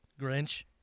Grinch